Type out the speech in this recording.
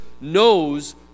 knows